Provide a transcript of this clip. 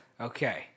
Okay